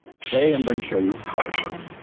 today i'm gonna show you how it works.